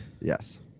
Yes